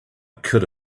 could